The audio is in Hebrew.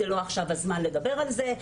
זה לא הזמן לדבר על זה עכשיו.